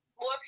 More